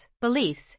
beliefs